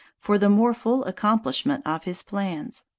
for the more full accomplishment of his plans.